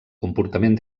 comportament